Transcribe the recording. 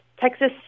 Texas